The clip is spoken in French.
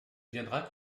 viendra